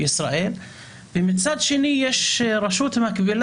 בסופו של דבר אתה דוהר קדימה ואומר שאתה רוצה לקבל